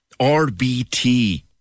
RBT